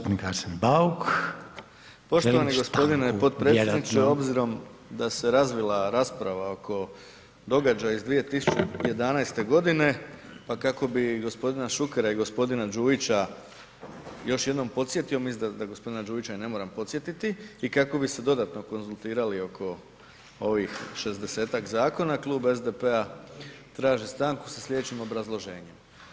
Poštovani gospodine potpredsjedniče obzirom da se razvila rasprava oko događaja iz 2011. godine, pa kako bi gospodina Šukera i gospodina Đujića još jednom podsjetio, mislim da gospodina Đujića i ne moram podsjetiti i kako bi se dodatno konzultirali oko ovih 60-tak zakona Klub SDP-a traži stanku sa slijedećim obrazloženjem.